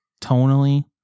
tonally